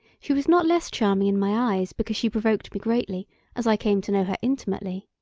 she was not less charming in my eyes because she provoked me greatly as i came to know her intimately.